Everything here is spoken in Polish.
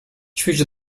ćwicz